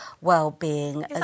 well-being